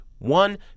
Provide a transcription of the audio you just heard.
One